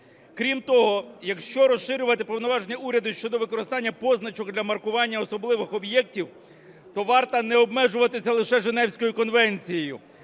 Крім того, якщо розширювати повноваження уряду щодо використання позначок для маркування особливих об'єктів, то варто не обмежуватися лише Женевською конвенцією,